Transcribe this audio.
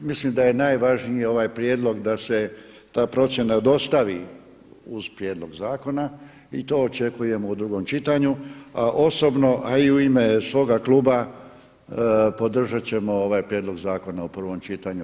Mislim da je najvažniji ovaj prijedlog da se ta procjena dostavi uz prijedlog zakona i to očekujemo u drugom čitanju, a osobno a i u ime svoga kluba podržat ćemo ovaj prijedlog zakona u prvom čitanju.